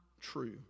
true